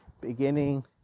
beginning